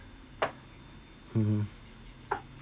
mmhmm